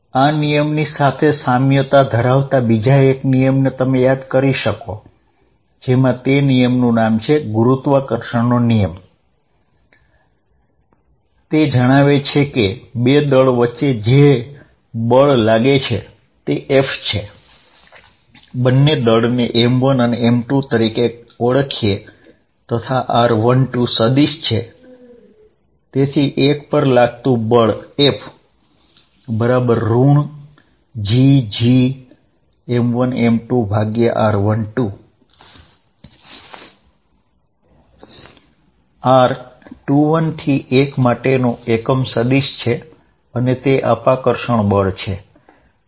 આ નિયમની સાથે સામ્યતા ધરાવતા બીજા એક નિયમને તમે યાદ કરી શકો તે નિયમનું નામ છે ગુરુત્વાકર્ષણ નો નિયમતે જણાવે છે કેબે દળ વચ્ચે જે બળ લાગે છે તે F એ G m1 m2r12 2 r21 દ્વારા આપવામાં આવે છે જયાં m1 અને m2 એ દળ છે r12 એ યુનિટ વેક્ટર છે આ હંમેશા આકર્ષણ બળ દર્શાવે છે